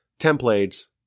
templates